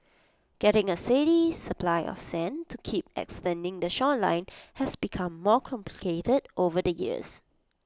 getting A steady supply of sand to keep extending the shoreline has become more complicated over the years